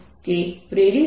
તેથી આ σ δr R